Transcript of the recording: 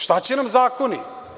Šta će nam zakoni?